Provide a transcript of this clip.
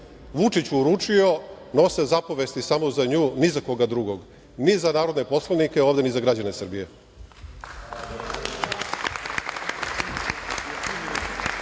Vučić uručio, nose zapovesti samo za nju, ni za koga drugog, ni za narodne poslanike ovde, ni za građane Srbije. Što